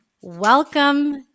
welcome